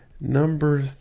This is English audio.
Number